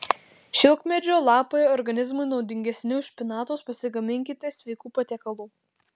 šilkmedžio lapai organizmui naudingesni už špinatus pasigaminkite sveikų patiekalų